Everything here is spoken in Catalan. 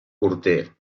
porter